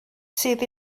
sydd